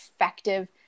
effective